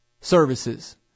services